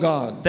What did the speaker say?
God